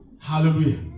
Hallelujah